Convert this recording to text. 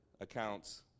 accounts